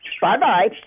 Bye-bye